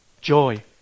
joy